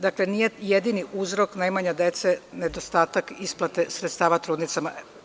Dakle, nije jedini uzrok nemanje dece, nedostatak isplate sredstava trudnicama.